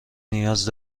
نیاز